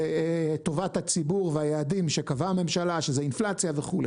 טובת הציבור והיעדים שקבעה הממשלה שזה אינפלציה וכו'.